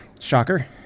Shocker